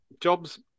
jobs